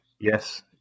Yes